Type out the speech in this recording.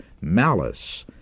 malice